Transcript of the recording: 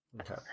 Okay